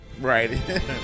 right